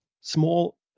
small